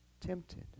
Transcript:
tempted